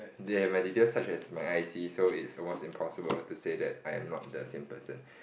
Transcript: they have my details such as my i_c so is almost impossible to say that I am not the same person